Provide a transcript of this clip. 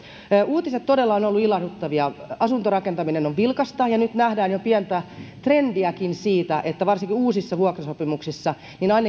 uutiset todella ovat olleet ilahduttavia asuntorakentaminen on vilkasta ja nyt nähdään jo pientä trendiäkin siitä että varsinkin uusissa vuokrasopimuksissa